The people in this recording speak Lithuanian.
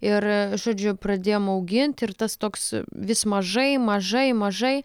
ir žodžiu pradėjom augint ir tas toks vis mažai mažai mažai